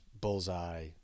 bullseye